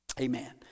Amen